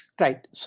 Right